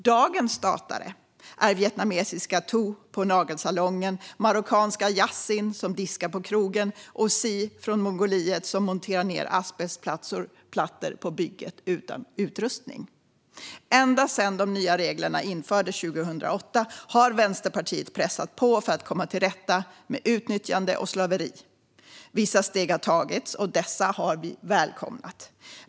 Dagens statare är vietnamesiska Thu på nagelsalongen, marockanska Yassin som diskar på krogen och Xi från Mongoliet som monterar ner asbestplattor på bygget utan skyddsutrustning. Ända sedan de nya reglerna infördes 2008 har Vänsterpartiet pressat på för att komma till rätta med utnyttjande och slaveri. Vissa steg har tagits, och dessa har vi välkomnat.